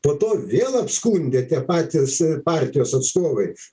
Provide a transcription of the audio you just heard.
po to vėl apskundė tie patys partijos atstovai